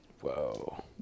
Whoa